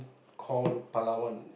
call Palawan